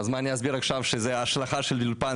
אז מה אני אסביר עכשיו שזה השלכה של אולפן,